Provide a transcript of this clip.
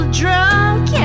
drunk